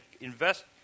invest